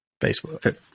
Facebook